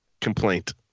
complaint